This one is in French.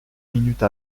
minute